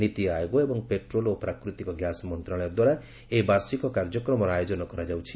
ନୀତି ଆୟୋଗ ଏବଂ ପେଟ୍ରୋଲ ଓ ପ୍ରାକୃତିକ ଗ୍ୟାସ୍ ମନ୍ତ୍ରଣାଳୟ ଦ୍ୱାରା ଏହି ବାର୍ଷିକ କାର୍ଯ୍ୟକ୍ରମର ଆୟୋଜନ କରାଯାଉଛି